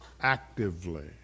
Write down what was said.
actively